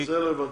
לא הבנתי.